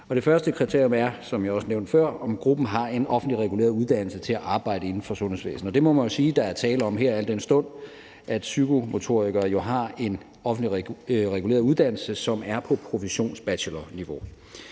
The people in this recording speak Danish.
jeg også nævnte før, om gruppen har en offentligt reguleret uddannelse til at arbejde inden for sundhedsvæsenet. Det må man jo sige, der er tale om her, al den stund at psykomotorikere har en offentligt reguleret uddannelse, som er på professionsbachelorniveau.